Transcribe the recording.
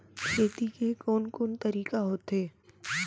खेती के कोन कोन तरीका होथे?